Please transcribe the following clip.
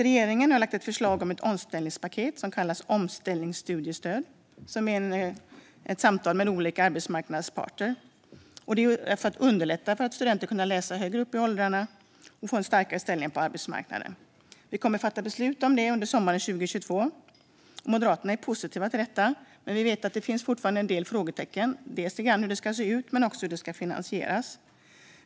Regeringen har lagt ett förslag om ett omställningspaket, som kallas omställningsstudiestöd, efter samtal med olika arbetsmarknadsparter. Syftet är att underlätta för att kunna studera högre upp i åldrarna och få en starkare ställning på arbetsmarknaden. Vi kommer att fatta beslut om detta under sommaren 2022. Moderaterna är positiva till detta, men vi vet att det fortfarande finns en del frågetecken när det gäller dels hur det ska se ut, dels hur det ska finansieras.